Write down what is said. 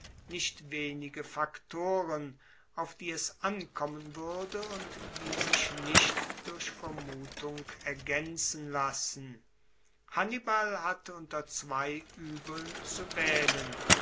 nicht wenige faktoren auf die es ankommen wuerde und die sich nicht durch vermutung ergaenzen lassen hannibal hatte unter zwei uebeln zu waehlen